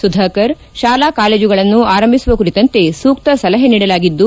ಸುಧಾಕರ್ ಶಾಲಾ ಕಾಲೇಜುಗಳನ್ನು ಆರಂಭಿಸುವ ಕುರಿತಂತೆ ಸೂಕ್ತ ಸಲಹೆ ನೀಡಲಾಗಿದ್ದು